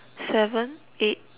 seven eight